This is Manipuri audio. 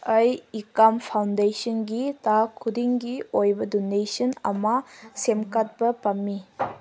ꯑꯩ ꯏꯀꯝ ꯐꯥꯎꯟꯗꯦꯁꯟꯒꯤ ꯊꯥ ꯈꯨꯗꯤꯡꯒꯤ ꯑꯣꯏꯕ ꯗꯣꯅꯦꯁꯟ ꯑꯃ ꯁꯦꯝꯒꯠꯄ ꯄꯥꯝꯃꯤ